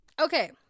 Okay